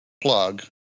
plug